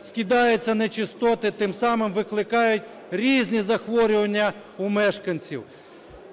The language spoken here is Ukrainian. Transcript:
скидаються нечистоти, тим самим викликають різні захворювання у мешканців.